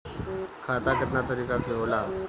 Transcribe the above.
खाता केतना तरीका के होला?